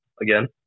again